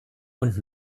und